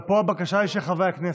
אבל פה הבקשה היא של חברי הכנסת.